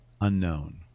Unknown